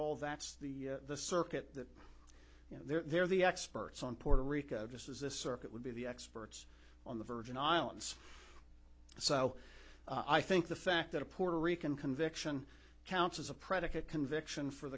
all that's the circuit you know they're the experts on puerto rico just as a circuit would be the experts on the virgin islands so i think the fact that a puerto rican conviction counts as a predicate conviction for